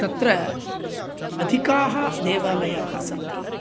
तत्र अधिकाः देवालयाः सन्ति